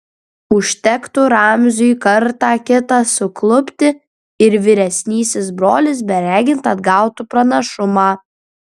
užtektų ramziui kartą kitą suklupti ir vyresnysis brolis beregint atgautų pranašumą